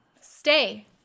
Stay